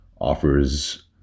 offers